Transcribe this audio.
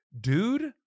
Dude